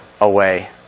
away